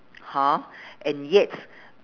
hor and yet